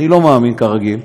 אני לא מאמין, כרגיל,